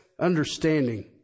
understanding